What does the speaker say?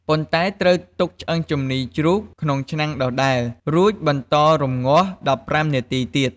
ប៉ុន្តែត្រូវទុកឆ្អឹងជំនីជ្រូកក្នុងឆ្នាំងដដែល រួចបន្តរំងាស់១៥នាទីទៀត។